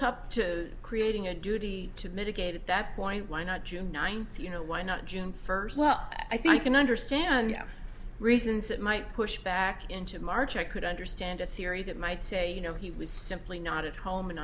up to creating a duty to mitigate at that point why not june ninth you know why not june first well i think i can understand reasons that might push back into march i could understand a theory that might say you know he was simply not at home and